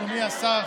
אדוני השר,